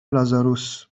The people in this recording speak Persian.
لازاروس